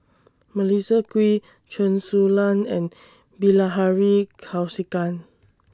Melissa Kwee Chen Su Lan and Bilahari Kausikan